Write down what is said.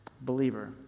Believer